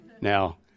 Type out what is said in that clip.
now